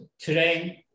train